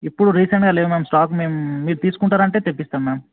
ఇప్పుడు రీసెంట్గా లేవు మ్యామ్ స్టాక్ మేం మీరు తీసుకుంటారంటే తెప్పిస్తాం మ్యామ్